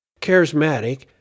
charismatic